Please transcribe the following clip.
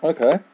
Okay